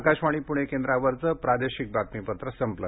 आकाशवाणी पुणे केंद्रावरचं प्रादेशिक बातमीपत्र संपलं